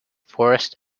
forest